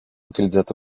utilizzato